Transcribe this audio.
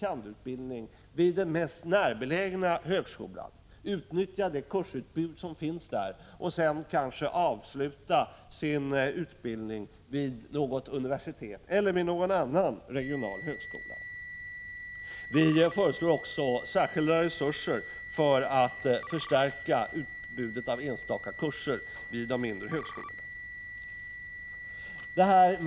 kand.-utbildning vid den mest närbelägna högskolan, utnyttja det kursutbud som finns där, och sedan kanske avsluta sin utbildning vid något universitet eller vid någon annan regional högskola. Vi föreslår också särskilda resurser för att förstärka utbudet av enstaka kurser vid de mindre högskolorna.